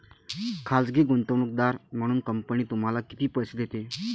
खाजगी गुंतवणूकदार म्हणून कंपनी तुम्हाला किती पैसे देते?